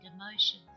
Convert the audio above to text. emotions